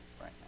right